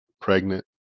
pregnant